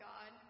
God